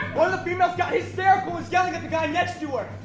one of the females got hysterical, was yelling at the guy next to her.